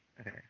Okay